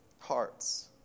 hearts